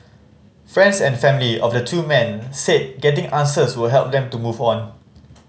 friends and family of the two men said getting answers would help them to move on